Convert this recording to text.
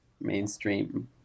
mainstream